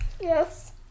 yes